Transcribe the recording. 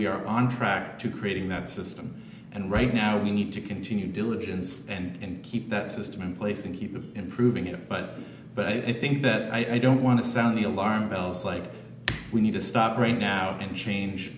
we are on track to creating that system and right now we need to continue diligence and keep that system in place and keep improving it but but i think that i don't want to sound the alarm bells like we need to stop re now and change